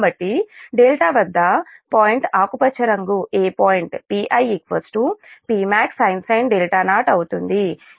కాబట్టి δ వద్ద పాయింట్ ఆకుపచ్చ రంగు 'a' పాయింట్ Pi Pmaxsin 0 అవుతుంది